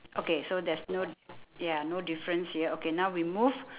okay so there's no yeah no difference here okay now we move